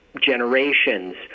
generations